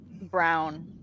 brown